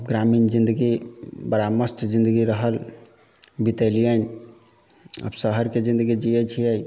ग्रामीण जिन्दगी बड़ा मस्त जिन्दगी रहल बितैलियनि आब शहरके जिन्दगी जियै छियै